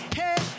hey